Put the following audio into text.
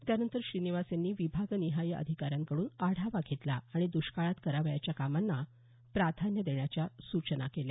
त्यानंतर श्रीनिवास यांनी विभागनिहाय अधिकाऱ्यांकडून आढावा घेतला आणि दृष्काळात करावयाच्या कामांना प्रथम प्राधान्य देण्याच्या सूचना केल्या